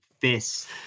fists